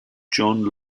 john